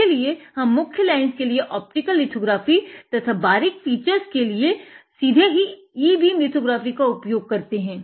इसीलिए हम मुख्य लाइन्स के लिए ऑप्टिकल लिथोग्राफी तथा बारीक फीचर्स के लिए हम सीधे ही ई बीम लिथोग्राफी का उपयोग करते हैं